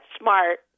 smart